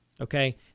okay